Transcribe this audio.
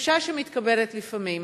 התחושה שמתקבלת לפעמים